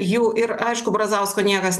jų ir aišku brazausko niekas